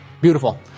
Beautiful